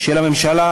של הממשלה,